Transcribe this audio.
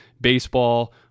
baseball